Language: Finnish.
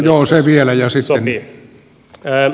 se vielä ja sitten